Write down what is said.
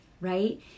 right